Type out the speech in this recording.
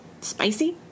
spicy